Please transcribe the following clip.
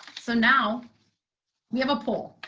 so now we have a poll